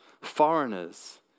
foreigners